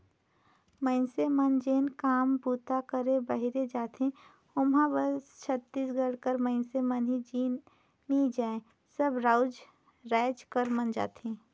मइनसे मन जेन काम बूता करे बाहिरे जाथें ओम्हां बस छत्तीसगढ़ कर मइनसे मन ही नी जाएं सब राएज कर मन जाथें